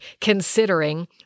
considering